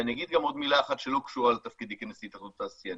ואני אגיד גם עוד מילה אחת שלא קשורה לתפקידי כנשיא התאחדות התעשיינים.